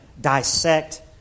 dissect